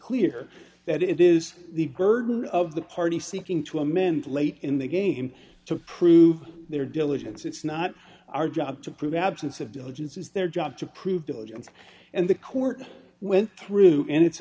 clear that it is the burden of the party seeking to amend late in the game to prove their diligence it's not our job to prove absence of diligence is their job to prove diligence and the court went through in its